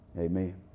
amen